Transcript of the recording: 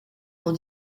dans